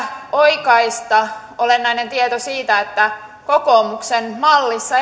oikaista olennainen tieto siitä että kokoomuksen mallissa